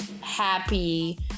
happy